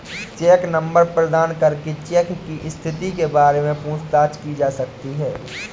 check number प्रदान करके cheque की स्थिति के बारे में पूछताछ की जा सकती है